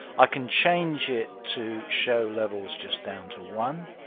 i can change it to show levels just down to one,